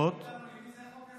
אתה יכול להגיד לנו למי זה החוק הזה,